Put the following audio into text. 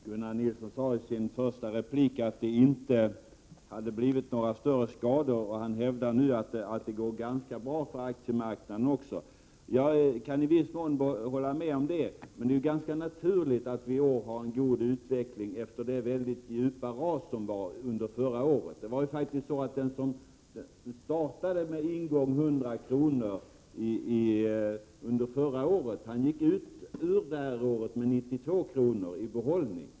Herr talman! Gunnar Nilsson sade i sin första replik att det inte hade blivit några större skador, och han hävdar nu att det går ganska bra för aktiemarknaden. Jag kan i viss mån hålla med om det. Men det är ganska naturligt att vi i år har en god utveckling efter det väldigt stora ras som skedde förra året. Det är faktiskt så, att den som startade med ett ingångsbelopp om 100 kr. förra året gick ur det här året med 92 kr. i behållning.